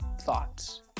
thoughts